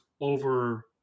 over